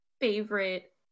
favorite